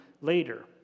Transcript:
later